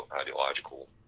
ideological